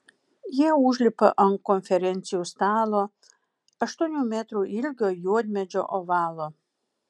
jie užlipa ant konferencijų stalo aštuonių metrų ilgio juodmedžio ovalo